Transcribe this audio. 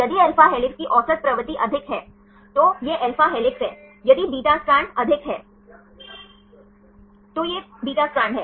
यदि alpha helix की औसत प्रवृत्ति अधिक है तो यह alpha हेलिक्स है यदि beta स्ट्रैंड अधिक है तो यह beta स्ट्रैंड है